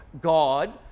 God